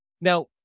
Now